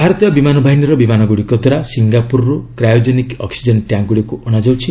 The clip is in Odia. ଭାରତୀୟ ବିମାନ ବାହିନୀର ବିମାନଗୁଡ଼ିକ ଦ୍ୱାରା ସିଙ୍ଗାପୁରରୁ କ୍ରାୟୋଜେନିକ ଅକ୍ୱିଜେନ୍ ଟ୍ୟାଙ୍କ୍ଗୁଡ଼ିକୁ ଅଣାଯାଉଛି